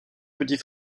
petit